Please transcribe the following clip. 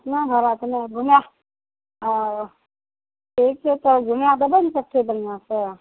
एतने भाड़ा छै नहि घुमै ओ ठीक छै तऽ घुमै देबै ने सगठे बढ़िआँसे